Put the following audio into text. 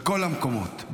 בכל המקומות.